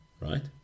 right